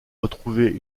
retrouver